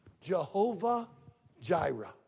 Jehovah-Jireh